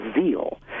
zeal